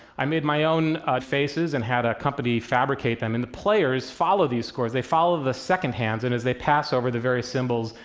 i made my own faces, and had a company fabricate them, and the players follow these scores. they follow the second hands, and as they pass over the various symbols,